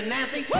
Nancy